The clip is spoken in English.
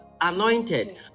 anointed